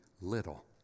little